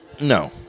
No